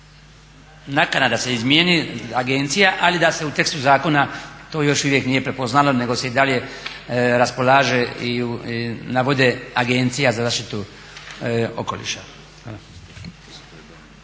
nakana da se izmijeni agencija ali da se u tekstu zakona to još uvijek nije prepoznalo nego se i dalje raspolaže i navode Agencija za zaštitu okoliša. Hvala.